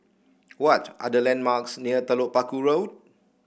what are the landmarks near Telok Paku Road